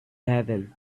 heaven